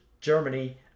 Germany